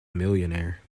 millionaire